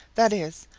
that is,